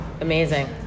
Amazing